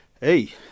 hey